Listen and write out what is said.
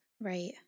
Right